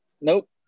Nope